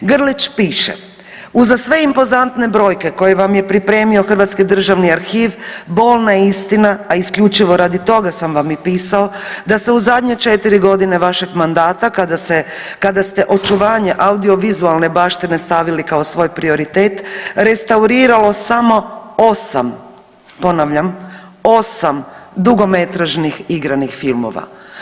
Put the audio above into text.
Grlić piše, uza sve impozantne brojke koje vam je pripremio Hrvatski državni arhiv, bolna je istina, a isključivo radi toga sam vam i pisao, da se u zadnje 4 godine vašeg mandata, kada ste očuvanje audiovizualne baštine stavili kao svoj prioritet restauriralo samo 8, ponavljam, 8 dugometražnih igranih filmova.